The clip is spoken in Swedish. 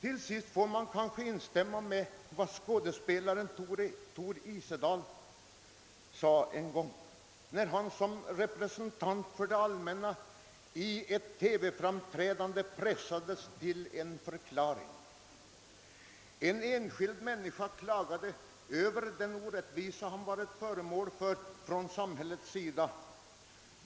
Jag skulle till sist vilja instämma med skådespelaren Tor Isedal när han i en TV-pjäs som representant för det allmänna pressades till en förklaring — en enskild människa klagade över den orättvisa hon blivit föremål för genom samhällets ingripande.